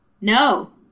no